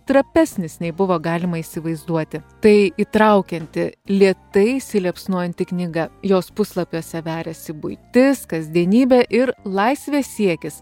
trapesnis nei buvo galima įsivaizduoti tai įtraukianti lėtai įsiliepsnojanti knyga jos puslapiuose veriasi buitis kasdienybė ir laisvės siekis